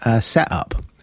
setup